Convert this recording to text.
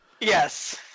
Yes